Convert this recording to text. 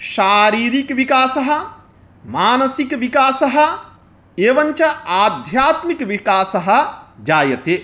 शारीरिकविकासः मानसिकविकासः एवञ्च आध्यात्मिकविकासः जायते